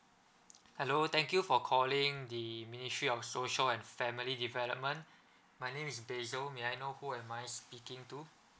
hello thank you for calling the ministry of social and family development my name is beiso may I know who am I speaking to